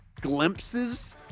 glimpses